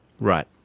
Right